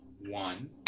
One